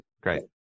great